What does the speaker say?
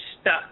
stuck